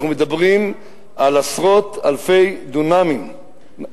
אנחנו מדברים על עשרות אלפי דונמים,